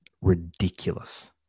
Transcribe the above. ridiculous